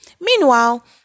Meanwhile